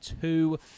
two